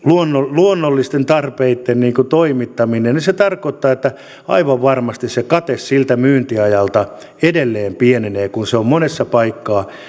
luonnollisten tarpeitten toimittaminen niin se tarkoittaa että aivan varmasti se kate siltä myyntiajalta edelleen pienenee kun monessa